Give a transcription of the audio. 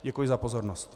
Děkuji za pozornost.